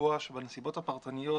ולקבוע שבנסיבות הפרטניות